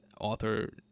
author